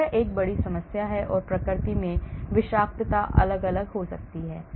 यह एक बड़ी समस्या है और प्रकृति में विषाक्तता अलग अलग हो सकती है